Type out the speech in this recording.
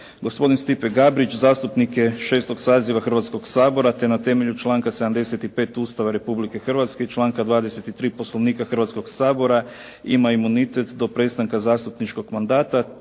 Gospodin Stipe Gabrić zastupnik je 6. saziva Hrvatskog sabora te na temelju članka 75. Ustava Republike Hrvatske i članka 23. Poslovnika Hrvatskoga sabora ima imunitet do prestanka zastupničkog mandata